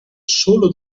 solo